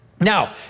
Now